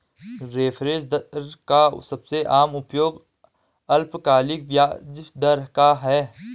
reference दर का सबसे आम उपयोग अल्पकालिक ब्याज दर का है